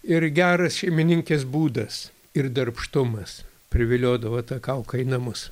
ir geras šeimininkės būdas ir darbštumas priviliodavo tą kauką į namus